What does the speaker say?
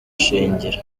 shingiro